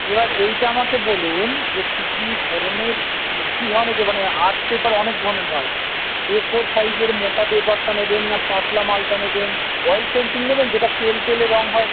এবার এইটা আমাকে বলুন যে কী কী ধরনের কী ধরনের দোবো মানে আর্ট পেপার অনেক ধরনের হয় এ ফোর সাইজের মোটা পেপারটা নেবেন না পাতলা মালটা নেবেন অয়েল পেন্টিং নেবেন যেটা তেলতেলে রঙ হয়